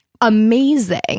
Amazing